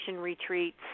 retreats